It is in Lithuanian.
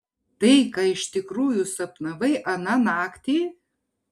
tai ką iš tikrųjų sapnavai aną naktį